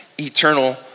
eternal